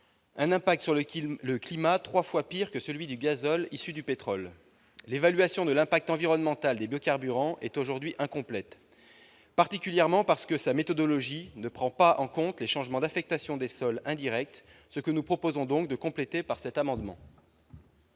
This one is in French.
un impact sur le climat trois fois pire que celui du gazole issu du pétrole. L'évaluation de l'impact environnemental des biocarburants est aujourd'hui incomplète, en particulier parce que sa méthodologie ne prend pas en compte les changements d'affectation des sols indirects. C'est cette lacune que cet amendement